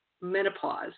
menopause